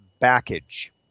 package